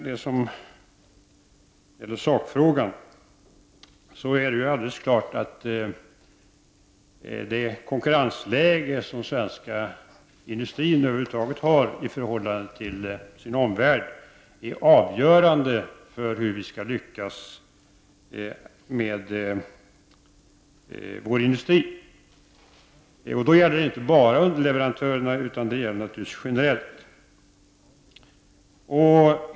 Det är alldeles klart att det konkurrensläge som den svenska industrin över huvud taget har i förhållande till sin omvärld är avgörande för hur vi skall lyckas med vår industri. Då gäller det inte bara underleverantörerna utan generellt.